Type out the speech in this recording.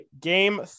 game